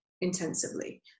intensively